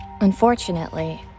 Unfortunately